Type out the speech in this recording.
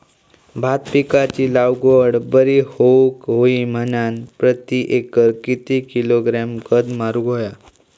भात पिकाची लागवड बरी होऊक होई म्हणान प्रति एकर किती किलोग्रॅम खत मारुक होया?